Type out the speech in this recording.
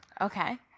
Okay